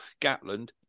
Gatland